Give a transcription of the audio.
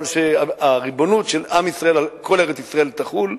אבל שהריבונות של עם ישראל על כל ארץ-ישראל תחול,